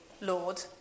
Lord